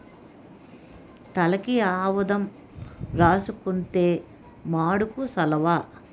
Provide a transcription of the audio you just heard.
తలకి ఆవదం రాసుకుంతే మాడుకు సలవ